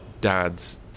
dad's